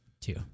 Two